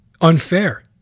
unfair